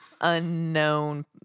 unknown